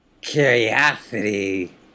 curiosity